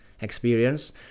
experience